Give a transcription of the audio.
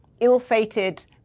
ill-fated